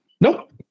Nope